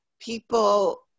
people